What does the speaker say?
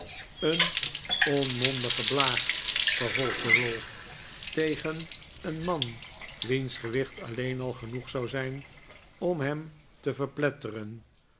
een onmondige blaag vervolgde ralph tegen een man wiens gewicht alleen al genoeg zou zijn om hem te verpletteren